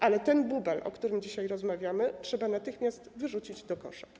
Ale ten bubel, o którym dzisiaj rozmawiamy, trzeba natychmiast wyrzucić do kosza.